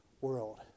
world